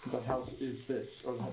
house is this